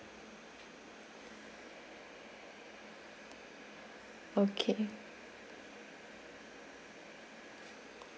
okay